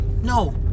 No